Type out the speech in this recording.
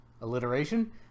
alliteration